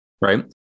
right